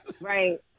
Right